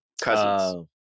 cousins